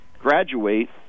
graduate